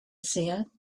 seer